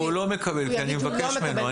לא, הוא לא מקבל כי אני מבקש ממנו.